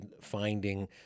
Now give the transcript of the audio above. finding